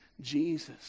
Jesus